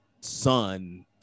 son